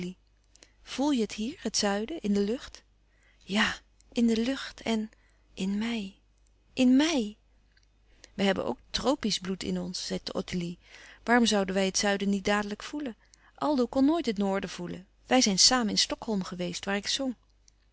voèl je het hier het zuiden in de lucht ja in de lucht en in mij in mij wij hebben ook tropiesch bloed in ons zei ottilie waarom zouden wij het zuiden niet dadelijk voelen aldo kon nooit het noorden voelen wij zijn samen in stockholm geweest waar ik zong